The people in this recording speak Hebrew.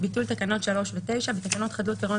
ביטול תקנות 3 ו9 1. בתקנות חדלות פירעון